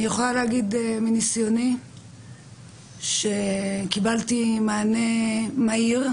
אני יכולה להגיד מניסיוני שקיבלתי מענה מהיר,